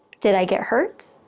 did i get hurt?